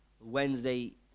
Wednesday